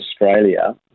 Australia